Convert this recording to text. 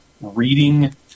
reading